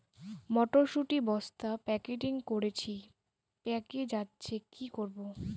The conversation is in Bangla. মটর শুটি বস্তা প্যাকেটিং করেছি পেকে যাচ্ছে কি করব?